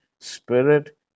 spirit